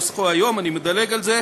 שטייניץ.